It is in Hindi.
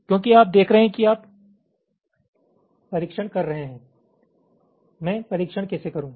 क्योंकि आप देख रहे हैं कि आप परीक्षण कर रहे हैं मैं परीक्षण कैसे करूँ